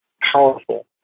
powerful